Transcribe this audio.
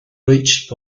reached